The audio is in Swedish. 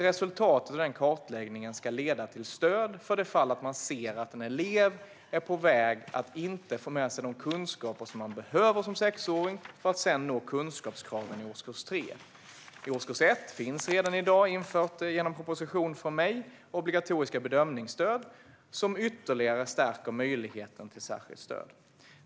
Resultatet av den kartläggningen ska leda till stöd i det fall där man ser att elev riskerar att inte få med sig de kunskaper som man behöver som sexåring för att senare nå kunskapskraven i årskurs 3. För årskurs 1 är detta redan i dag infört genom en proposition från mig om obligatoriska bedömningsstöd som ytterligare stärker möjligheten till särskilt stöd.